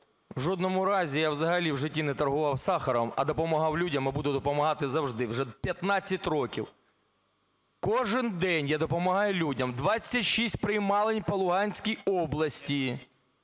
В жодному разі я взагалі в житті не торгував цукром, а допомагав людям і буду допомагати завжди. Вже 15 років кожен день я допомагаю людям. 26 приймалень по Луганській області.